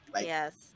Yes